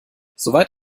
soweit